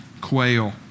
quail